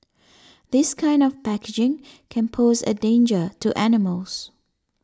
this kind of packaging can pose a danger to animals